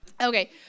Okay